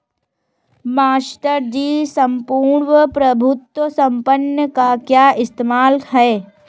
Master ji सम्पूर्ण प्रभुत्व संपन्न का क्या इस्तेमाल है?